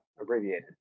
abbreviated